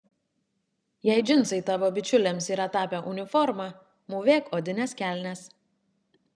jei džinsai tavo bičiulėms yra tapę uniforma mūvėk odines kelnes